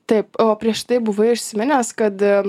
taip o prieš tai buvai užsiminęs kad